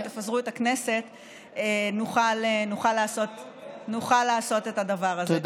תפזרו את הכנסת נוכל לעשות את הדבר הזה.